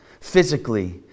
physically